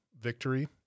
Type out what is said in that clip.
victory